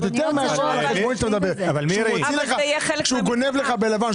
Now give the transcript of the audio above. הוא גונב לך בלבן,